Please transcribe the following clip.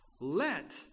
Let